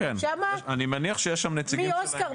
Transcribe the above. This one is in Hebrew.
אני מניח שיש שם נציגים של --- אוסקר,